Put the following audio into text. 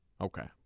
Okay